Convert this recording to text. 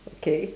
okay